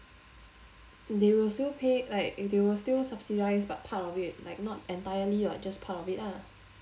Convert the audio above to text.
they'll still pay like they'll still subsidize but part of it like not entirely [what] just part of it ah